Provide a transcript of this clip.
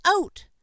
out